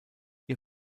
ihr